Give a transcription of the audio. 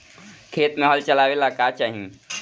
खेत मे हल चलावेला का चाही?